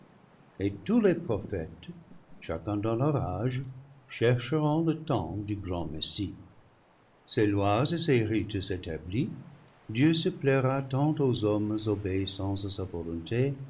et tous les prophètes chacun clans leur âge chercheront le temps du grand messie ces lois et ces rites établis dieu se plaira tant aux hommes obéissants à sa volonté